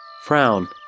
frown